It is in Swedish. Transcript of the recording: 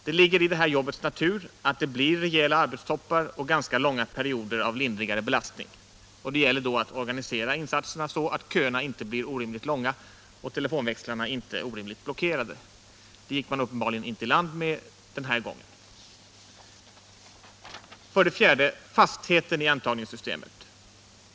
Det ligger i det här jobbets natur att det blir rejäla arbetstoppar och ganska långa perioder av lindrigare belastning, och det gäller då att organisera insatserna så att köerna inte blir orimligt långa och telefonväxlarna inte orimligt blockerade. Det gick man uppenbarligen inte i land med den här gången. För det fjärde fastheten i antagningssystemet.